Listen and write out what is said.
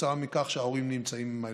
כתוצאה מכך שההורים נמצאים עם הילדים.